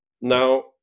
Now